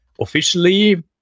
officially